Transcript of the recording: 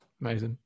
Amazing